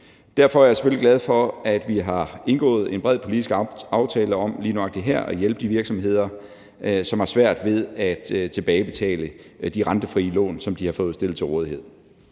Derfor er jeg selvfølgelig glad for, at vi har indgået en bred politisk aftale om lige nøjagtig her at hjælpe de virksomheder, som har svært ved at tilbagebetale de rentefrie lån, som de har fået stillet til rådighed.